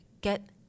get